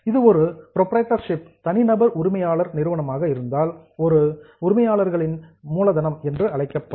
இது ஒரு புரோபிரைடர்ஷிப் தனிநபர் உரிமையாளர் நிறுவனமாக இருந்தால் ஒரு புரோபிரைடர்ஸ் கேப்பிட்டல் உரிமையாளர்களின் மூலதனம் என்று அழைக்கப்படும்